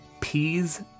peas